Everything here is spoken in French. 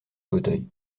fauteuil